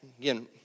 again